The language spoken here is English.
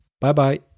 Bye-bye